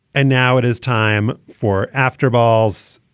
and now it is time for after balls.